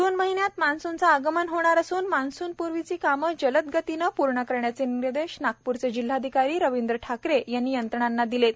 जून महिन्यात मान्सूनचे आगमन होणार असून मान्सूनपूर्व कामे जलदगतीने पूर्ण करण्याचे निर्देश नागप्रचे जिल्हाधिकारी रविंद्र ठाकरे यांनी यंत्रणांना दिलेत